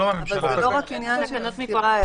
זה לא רק עניין של סתירה,